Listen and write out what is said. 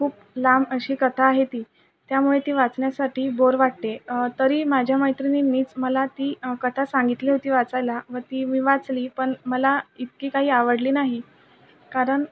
खूप लांब अशी कथा आहे ती त्यामुळे ती वाचण्यासाठी बोर वाटते तरी माझ्या मैत्रिणींनीच मला ती कथा सांगितली होती वाचायला व ती मी वाचली पण मला इतकी काही आवडली नाही कारण